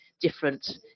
different